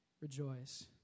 rejoice